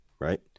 Right